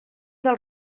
del